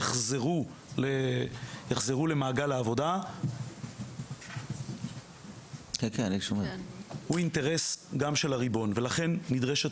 יחזרו למעגל העבודה הוא אינטרס גם של הריבון ולכן נדרשת